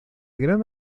gran